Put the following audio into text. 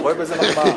הוא רואה בזה מחמאה.